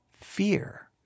fear